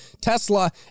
Tesla